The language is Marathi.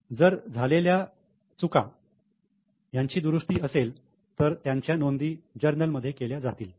जर झालेल्या चुकांची दुरुस्ती असेल तर त्यांच्या नोंदी जर्नल मध्ये केल्या जातील